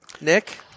Nick